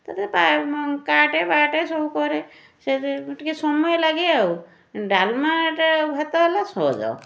ତା' ଦେହରେ କାଟେ ବାଟେ ସବୁ କରେ ସେ ଯେହେତୁ ଟିକିଏ ସମୟ ଲାଗେ ଆଉ ଡାଲମା ତ ଭାତ ହେଲା ସହଜ